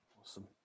awesome